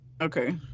Okay